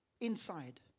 inside